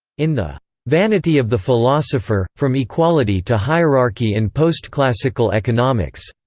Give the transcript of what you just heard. in the vanity of the philosopher from equality to hierarchy in postclassical economics,